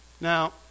Now